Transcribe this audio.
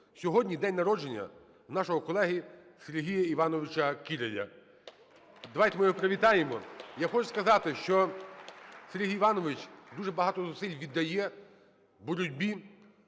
Сьогодні день народження нашого колеги Сергія Іванович Кіраля. Давайте ми його привітаємо. (Оплески) Я хочу сказати, що Сергій Іванович дуже багато зусиль віддає боротьбі